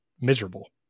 miserable